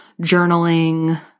journaling